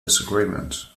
disagreement